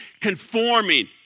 conforming